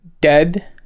dead